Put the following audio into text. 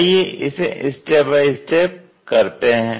आइए इसे step by step करते हैं